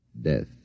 death